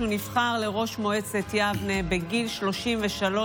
14:30.) חברות וחברי